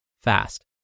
fast